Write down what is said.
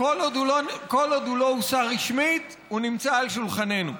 כל עוד הוא לא הוסר רשמית הוא נמצא על שולחננו.